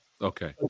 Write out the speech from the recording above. Okay